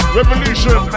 revolution